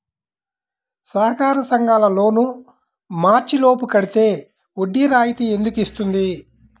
సహకార సంఘాల loan March లోపు కట్టితే వడ్డీ రాయితీ ఎందుకు ఇస్తుంది?